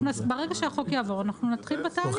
ברגע שהחוק יעבור אנחנו נתחיל בתהליך.